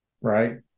right